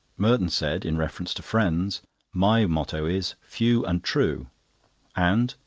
merton said in reference to friends my motto is few and true and,